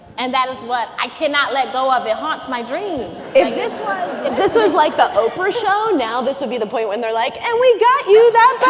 and that is what i cannot let go of. it haunts my dreams if this this was, like, the oprah show, now this would be the point when they're like, and we've got you that